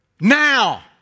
Now